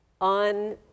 on